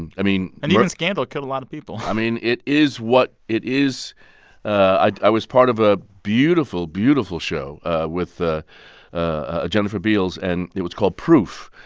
and i mean. and even scandal killed a lot of people i mean, it is what it is i was part of a beautiful, beautiful show with ah jennifer beals, and it was called proof.